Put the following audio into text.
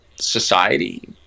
Society